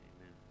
Amen